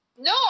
No